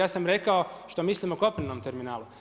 Ja sam rekao što mislim o kopnenom terminalu.